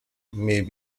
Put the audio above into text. may